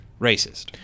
racist